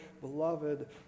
beloved